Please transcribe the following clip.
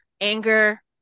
Anger